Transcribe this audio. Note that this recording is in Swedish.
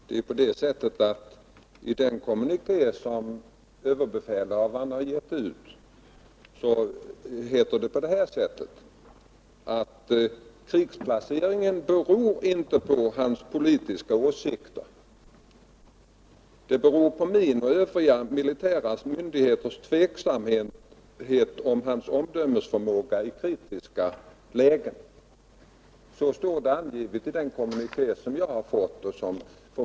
Herr talman! I den kommuniké som överbefälhavaren har gett ut heter 107 det: Nr 106 ”Ändringen av major Sture Karlssons krigsplacering beror inte på hans Torsdagen den politiska åsikter —-—=. Den beror på min och övriga militära myndigheters JA Tktöber 11974 tveksamhet om hans omdömesförmåga i kritiska lägen.” ARR Så står det alltså i den kommuniké som jag har fått och som väl får Ång.